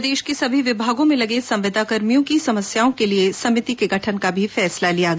प्रदेश में सभी विभागों में लगे संविदाकर्मियों की समस्याओं के लिए समिति के गठन का भी फैसला लिया गया